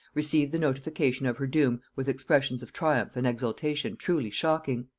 received the notification of her doom with expressions of triumph and exultation truly shocking.